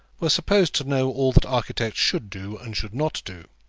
were supposed to know all that architects should do and should not do.